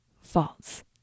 false